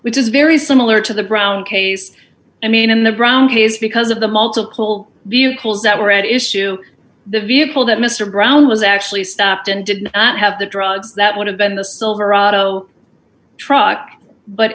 which is very similar to the brown case i mean on the ground is because of the multiple vehicles that were at issue the vehicle that mr brown was actually stopped and did not have the drugs that would have been the silverado truck but